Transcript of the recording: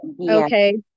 okay